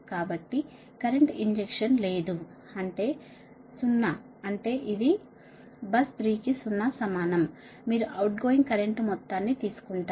కాబట్టి current injection లేదు అంటే 0 అంటే ఇది అంటే బస్ 3 కి 0 సమానం మీరు అవుట్గోయింగ్ కరెంట్ మొత్తాన్ని తీసుకుంటారు